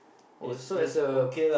oh so as a